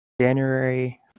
January